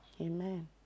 Amen